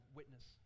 witness